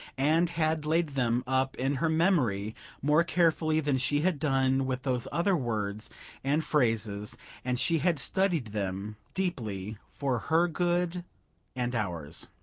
and had laid them up in her memory more carefully than she had done with those other words and phrases and she had studied them deeply, for her good and ours.